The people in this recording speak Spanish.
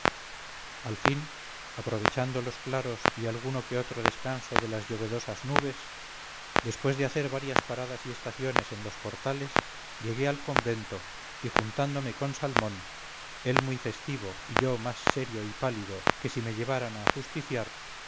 al fin aprovechando los claros y alguno que otro descanso de las llovedoras nubes después de hacer varias paradas y estaciones en los portales llegué al convento y juntándome con salmón él muy festivo y yo más serio y pálido que si me llevaran a ajusticiar